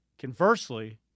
Conversely